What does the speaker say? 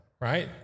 right